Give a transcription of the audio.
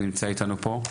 שנמצא אתנו פה.